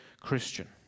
Christian